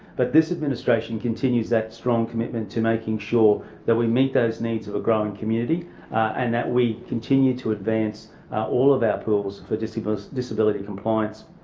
but this administration continues that strong commitment to making sure that we meet those needs of a growing community and that we continue to advance all of our pools for disability disability compliance.